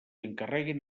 encarreguin